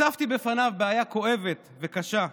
הצפתי בפניו בעיה כואבת וקשה,